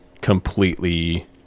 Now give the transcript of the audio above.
completely